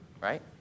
right